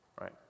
right